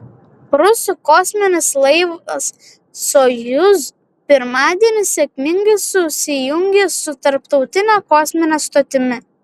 rusų kosminis laivas sojuz pirmadienį sėkmingai susijungė su tarptautine kosmine stotimi